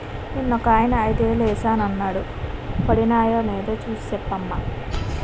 నిన్నొకాయన ఐదేలు ఏశానన్నాడు వొడినాయో నేదో సూసి సెప్పవమ్మా